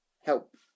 help